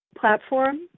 platform